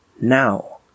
now